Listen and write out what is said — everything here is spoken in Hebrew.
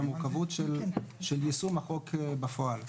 והמורכבות של יישום החוק בפועל.